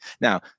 Now